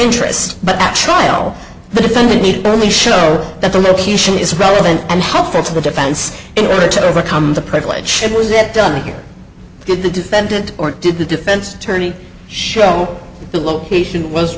interest but at trial the defendant need only show that the location is relevant and helpful to the defense in order to overcome the privilege was it done here did the defendant or did the defense attorney show the location was